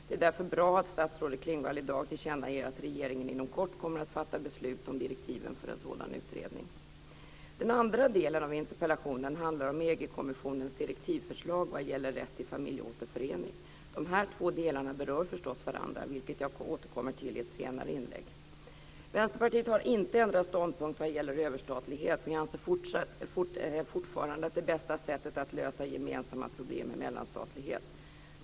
Det är därför bra att statsrådet Klingvall i dag tillkännager att regeringen inom kort kommer att fatta beslut om direktiven för en sådan utredning. Den andra delen av interpellationen handlar om EG-kommissionens direktivförslag vad gäller rätt till familjeåterförening. De här två delarna berör förstås varandra, vilket jag återkommer till i ett senare inlägg. Vänsterpartiet har inte ändrat ståndpunkt vad gäller överstatlighet. Vi anser fortfarande att det bästa sättet att lösa gemensamma problem är mellanstatlighet.